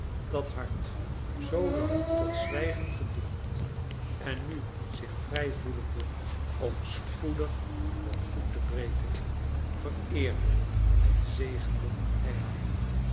dat hart zoolang tot zwijgen gedoemd en nu zich vrij voelende om spoedig voorgoed te breken vereerde en zegende hij haar